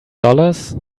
dollars